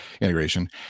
integration